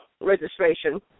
registration